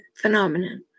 phenomenon